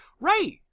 right